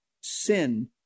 sin